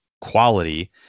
quality